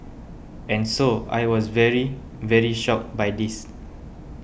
and so I was very very shocked by this